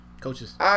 Coaches